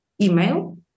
email